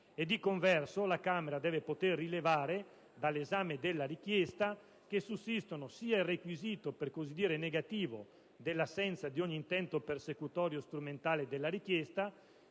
e per converso - la Camera deve poter rilevare, dall'esame della richiesta...che sussistono sia il requisito, per così dire, "negativo" dell'assenza di ogni intento persecutorio o strumentale della richiesta,